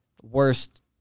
worst